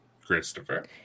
Christopher